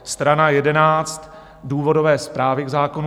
Strana 11 důvodové zprávy k zákonu.